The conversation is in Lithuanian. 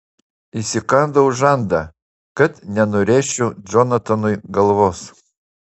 įsikandau žandą kad nenurėžčiau džonatanui galvos